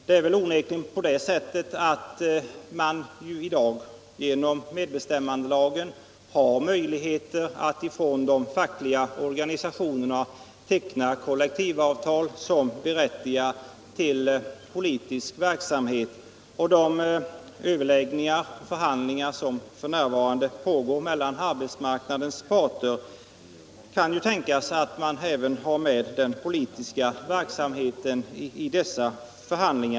De fackliga organisationerna mans ställning på har onekligen i dag genom medbestämmandelagen möjligheter att teckna = arbetsplatsen, som f. n. pågår mellan arbetsmarknadens parter kan tänkas att även den politiska verksamheten är med.